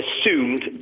assumed